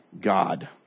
God